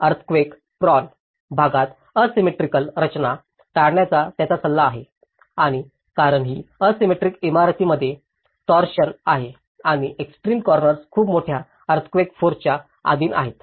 earthquake prone भागात asymmetrical रचना टाळण्याचा त्यांचा सल्ला आहे आणि कारण ही असिमेट्रिक इमारतींमध्ये टोरोशन आहे आणि एक्सट्रीम कॉर्नर्स खूप मोठ्या अर्थक्वेक फोर्सच्या अधीन आहेत